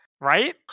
Right